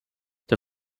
der